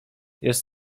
jest